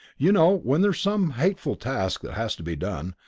you know when there some hateful task that has to be done,